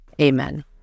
Amen